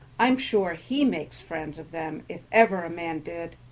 i am sure he makes friends of them if ever a man did.